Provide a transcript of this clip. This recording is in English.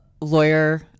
lawyer